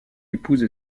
épouse